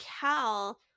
cal